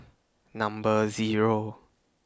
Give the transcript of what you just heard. Number Zero